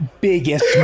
biggest